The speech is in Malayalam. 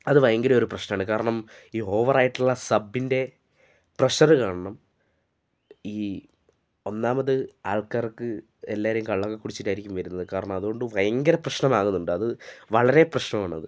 അത് ഭയങ്കര ഒരു പ്രശ്നമാണ് കാരണം ഈ ഓവറായിട്ടുള്ള സബ്ബിൻ്റെ പ്രെഷറ് കാരണം ഈ ഒന്നാമത് ആൾക്കാർക്ക് എല്ലാവരും കള്ള് ഒക്കെ കുടിച്ചിട്ടായിരിക്കും വരുന്നത് കാരണം അതുകൊണ്ട് ഭയങ്കര പ്രശ്നമാകുന്നുണ്ട് അത് വളരെ പ്രശ്നം ആണത്